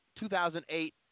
2008